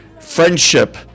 friendship